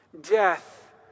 Death